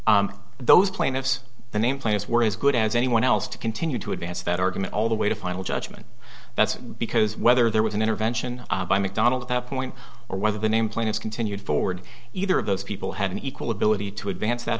plaintiffs those plaintiffs the name players were as good as anyone else to continue to advance that argument all the way to final judgment that's because whether there was an intervention by mcdonald at that point or whether the nameplates continued forward either of those people had an equal ability to advance that